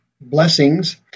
Blessings